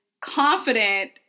confident